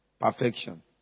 perfection